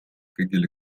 kõigile